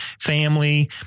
family